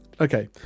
okay